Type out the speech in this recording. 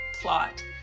plot